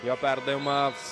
jo perdavimas